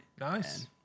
Nice